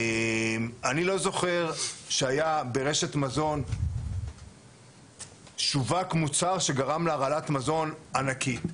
אני לא זוכר שברשת מזון שווק מוצר שגרם להרעלת מזון ענקית.